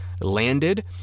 landed